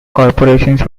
corporations